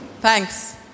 Thanks